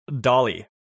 dolly